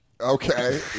okay